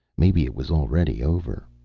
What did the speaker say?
maybe it was already over.